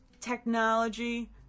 technology